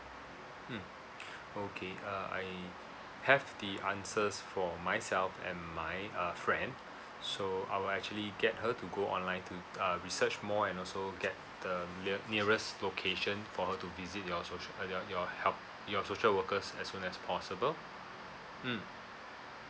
mm okay uh I have the answers for myself and my uh friend so I'll actually get her to go online to uh research more and also get the nea~ nearest location for her to visit your social uh uh your help your social workers as soon as possible mm